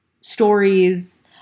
stories